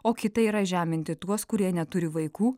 o kita yra žeminti tuos kurie neturi vaikų